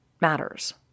matters